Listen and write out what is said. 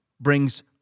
brings